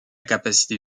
capacité